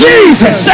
Jesus